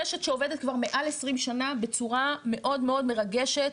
רשת שעובדת כבר מעל 20 שנה בצורה מאוד מאוד מרגשת,